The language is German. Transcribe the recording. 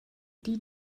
die